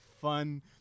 fun